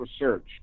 research